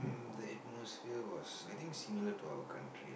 the atmosphere was I think similar to our country